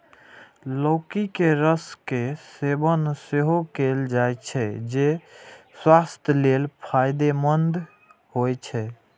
लौकी के रस के सेवन सेहो कैल जाइ छै, जे स्वास्थ्य लेल फायदेमंद होइ छै